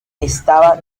estaba